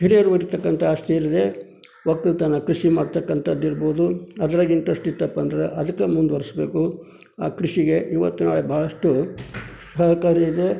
ಹಿರಿಯರು ವರಿಕ್ಕಂತ ಆಸ್ತಿ ಏನಿದೆ ಒಕ್ಕಲುತನ ಕೃಷಿ ಮಾಡ್ತಕ್ಕಂಥದಿರ್ಬೋದು ಅದ್ರಾಗ ಇಂಟ್ರೆಸ್ಟ್ ಇತ್ತಪ್ಪಾ ಅಂದ್ರೆ ಅದಕ್ಕೆ ಮುಂದುವರಿಸ್ಬೇಕು ಆ ಕೃಷಿಗೆ ಇವತ್ತು ನಾಳೆ ಭಾಳಷ್ಟು ಸಹಕಾರಿ ಇದೆ